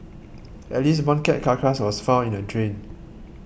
at least one cat carcass was found in a drain